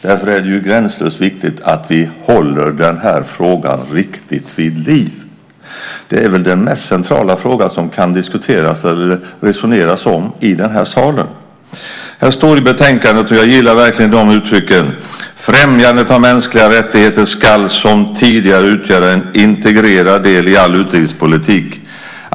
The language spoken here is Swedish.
Därför är det gränslöst viktigt att vi håller den här frågan riktigt vid liv. Det är väl den mest centrala fråga som kan diskuteras eller resoneras om i den här salen. Det står i betänkandet, och jag gillar verkligen de uttrycken: "Främjandet av mänskliga rättigheter skall, som tidigare, utgöra en integrerad del i all utrikespolitik.